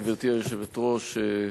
גברתי היושבת-ראש,